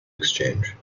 exchange